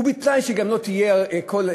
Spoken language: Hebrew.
ובתנאי שהיא גם לא תהיה כל,